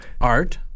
art